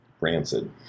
Rancid